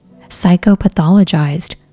psychopathologized